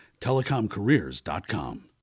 TelecomCareers.com